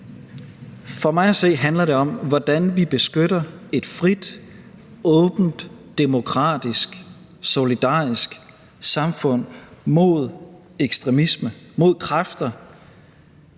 For mig at se handler det om, hvordan vi beskytter et frit, åbent, demokratisk, solidarisk samfund mod ekstremisme, mod kræfter,